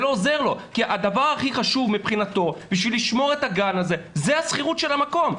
כי הדבר הכי חשוב מבחינתנו כדי לשמור את הגן הזה - זה שכירות המקום.